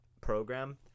program